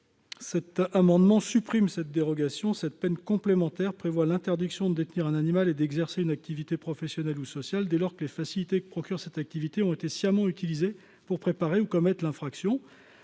des responsabilités syndicales. Cette peine complémentaire prévoit l'interdiction de détenir un animal et d'exercer une activité professionnelle ou sociale, dès lors que les facilités que procure cette activité ont été sciemment utilisées pour préparer ou commettre l'infraction.